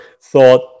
thought